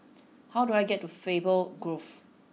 how do I get to Faber Grove